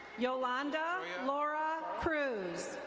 yolonda laura cruz.